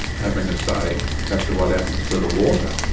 having a say as to what happens to the water.